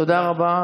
תודה רבה,